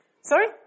Sorry